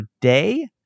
day